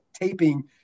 taping